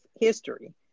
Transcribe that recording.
history